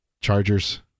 Chargers